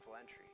entry